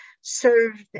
served